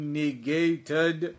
negated